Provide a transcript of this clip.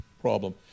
problem